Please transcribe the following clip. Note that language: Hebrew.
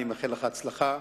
אני מאחל לך הצלחה.